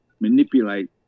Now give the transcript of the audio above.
manipulate